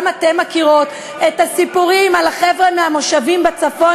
גם אתן מכירות את הסיפורים על החבר'ה מהמושבים בצפון